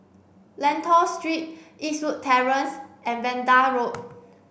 Lentor Street Eastwood Terrace and Vanda Road